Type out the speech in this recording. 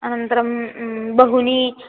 अनन्तरं बहूनि